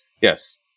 Yes